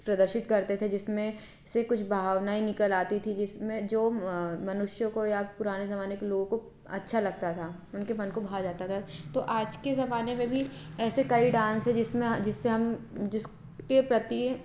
प्रदर्शित करते थे जिसमें से कुछ भावनाएँ निकल आती थीं जिसमें जो मनुष्यों को या पुराने ज़माने के लोगों को अच्छा लगता था उनके मन को भा जाता था तो आज के ज़माने में भी ऐसे कई डांस हैं जिसमें जिससे हम जिसके प्रति